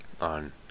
On